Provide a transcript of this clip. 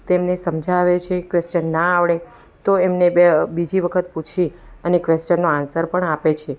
તેમને સમજાવે છે ક્વેશ્ચ્ન ન આવડે તો એમને બે બીજી વખત પૂછી અને ક્વેશ્ચ્નનો આન્સર પણ આપે છે